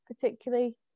particularly